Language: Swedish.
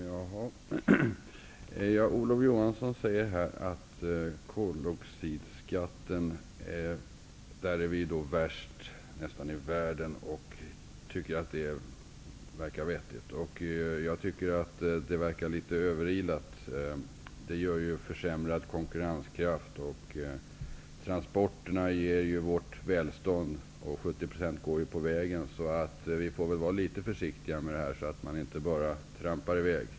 Fru talman! Olof Johansson sade att vi nästan är värst i världen vad gäller koldioxidskatt, och han tycker att det är vettigt. Jag tycker att det verkar överilat. Det innebär försämrad konkurrenskraft. Det är ju transporterna som ger oss välstånd, och 70 % av transporterna sker på vägarna. Vi får nog vara litet försiktiga och inte bara trampa i väg.